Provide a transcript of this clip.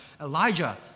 Elijah